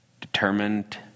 determined